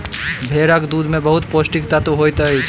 भेड़क दूध में बहुत पौष्टिक तत्व होइत अछि